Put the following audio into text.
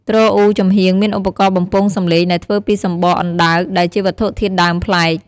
ទ្រអ៊ូចំហៀងមានឧបករណ៍បំពងសំឡេងដែលធ្វើពីសំបកអណ្ដើក ដែលជាវត្ថុធាតុដើមប្លែក។